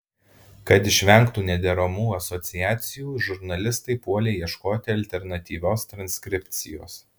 kad išvengtų nederamų asociacijų žurnalistai puolė ieškoti alternatyvios transkripcijos